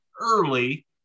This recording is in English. early